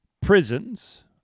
prisons